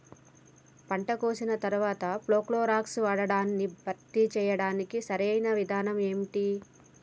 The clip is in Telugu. పంట కోసిన తర్వాత ప్రోక్లోరాక్స్ వాడకాన్ని భర్తీ చేయడానికి సరియైన విధానం ఏమిటి?